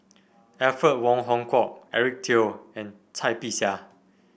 Alfred Wong Hong Kwok Eric Teo and Cai Bixia